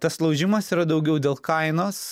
tas laužimas yra daugiau dėl kainos